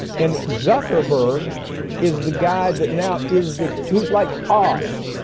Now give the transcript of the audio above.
and zuckerberg is the guy that now is the, he's like oz.